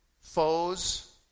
foes